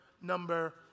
number